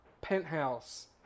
penthouse